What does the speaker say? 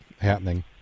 happening